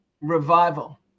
revival